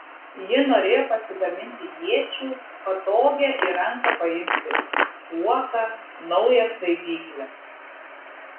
ji norėjo pasigaminti iečių patogią į ranką paimti kuoką naują svaidyklę